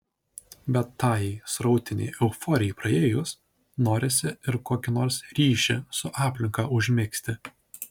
bet tajai srautinei euforijai praėjus norisi ir kokį nors ryšį su aplinka užmegzti